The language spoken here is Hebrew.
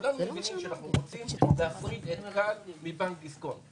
כולם מבינים שאנחנו רוצים להפריד את כאל מבנק דיסקונט.